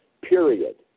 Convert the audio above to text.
period